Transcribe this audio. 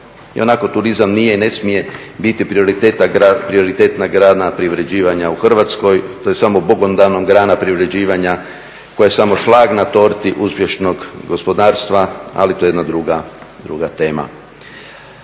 I onako turizam nije i ne smije biti prioritetna grana privređivanja u Hrvatskoj, to je samo Bogom dana grana privređivanja koja je samo šlag na torti uspješnog gospodarstva, ali to je jedna druga tema.